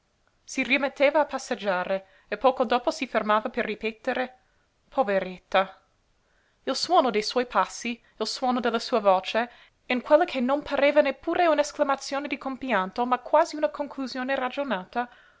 si rimetteva a passeggiare e poco dopo si fermava per ripetere poveretta il suono de suoi passi il suono della sua voce in quella che non pareva neppure un'esclamazione di compianto ma quasi una conclusione ragionata